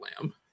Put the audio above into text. Lamb